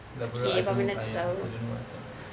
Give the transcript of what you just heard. laberer~ I don't I I don't know what's that